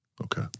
okay